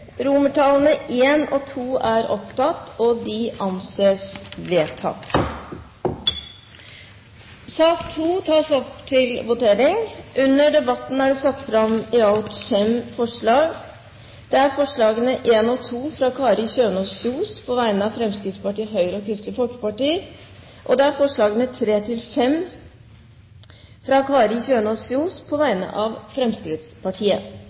etablere en ordning med eldreombud.» Det voteres så over forslagene nr. 1–3 samt forslagene nr. 5–8, fra Fremskrittspartiet, Høyre og Kristelig Folkeparti. Under debatten er det satt fram i alt fem forslag. Det er forslagene nr. 1 og 2, fra Kari Kjønaas Kjos på vegne av Fremskrittspartiet, Høyre og Kristelig Folkeparti forslagene nr. 3–5, fra Kari Kjønaas Kjos på vegne av Fremskrittspartiet.